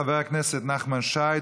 חבר הכנסת נחמן שי,